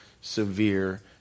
severe